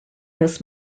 this